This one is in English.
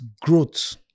growth